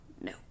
no